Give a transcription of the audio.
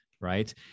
right